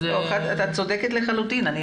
את צודקת לחלוטין,